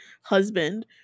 husband